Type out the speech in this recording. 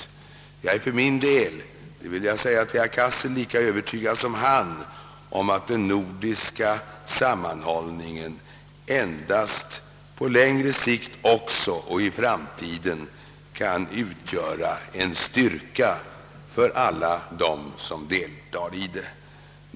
Jag är för min del -— det vill jag säga till herr Cassel — lika övertygad som han om att den nordiska sammanhållningen — även på längre sikt och i framtiden — endast kan utgöra en styrka för alla de nordiska staterna.